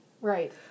Right